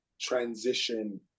Transition